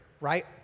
right